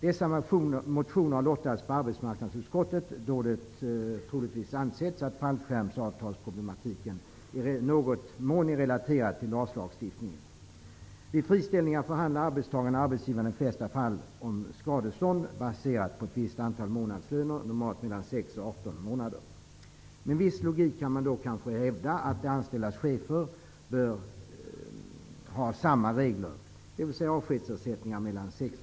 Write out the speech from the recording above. Dessa motioner skickades till arbetsmarknadsutskottet, då det troligtvis ansetts att fallskärmsproblemen i någon mån är relaterade till LAS. Vid friställningar förhandlar arbetstagaren och arbetsgivaren i de flesta fall om skadestånd, baserat på ett visst antal månadslöner, normalt 6--18 månader. Med viss logik kan man kanske hävda att samma regler bör gälla för de anställdas chefer, dvs.